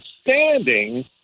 standing